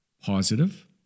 positive